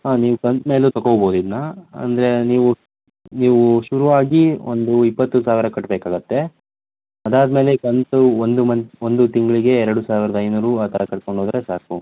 ಹಾಂ ನೀವು ಕಂತು ಮೇಲೂ ತೊಗೊಬೋದು ಇದನ್ನ ಅಂದರೆ ನೀವು ನೀವು ಶುರು ಆಗಿ ಒಂದು ಇಪ್ಪತ್ತು ಸಾವಿರ ಕಟ್ಬೇಕಾಗುತ್ತೆ ಅದಾದಮೇಲೆ ಕಂತು ಒಂದು ಮಂತ್ ಒಂದು ತಿಂಗಳಿಗೆ ಎರಡು ಸಾವಿರದ ಐನೂರು ಆ ಥರ ಕಟ್ಕೊಂಡು ಹೋದ್ರೆ ಸಾಕು